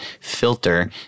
filter